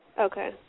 okay